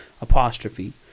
apostrophe